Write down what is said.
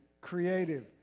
creative